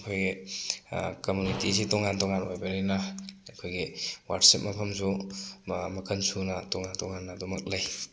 ꯑꯩꯈꯣꯏꯒꯤ ꯀꯝꯃꯨꯅꯤꯇꯤꯁꯤ ꯇꯣꯉꯥꯟ ꯇꯣꯉꯥꯟ ꯑꯣꯏꯕꯅꯤꯅ ꯑꯩꯈꯣꯏꯒꯤ ꯋꯥꯔꯁꯤꯞ ꯃꯐꯝꯁꯨ ꯃꯈꯟ ꯁꯨꯅ ꯇꯣꯉꯥꯟ ꯇꯣꯉꯥꯟꯅ ꯑꯗꯨꯝꯃꯛ ꯂꯩ